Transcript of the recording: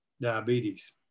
diabetes